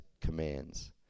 commands